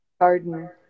garden